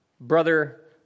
brother